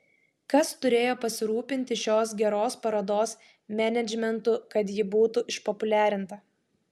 kas turėjo pasirūpinti šios geros parodos menedžmentu kad ji būtų išpopuliarinta